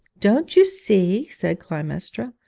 don't you see said clytemnestra.